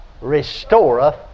Restoreth